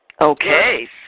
okay